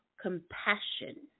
compassion